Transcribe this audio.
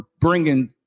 bringing